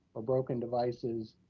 or broken devices,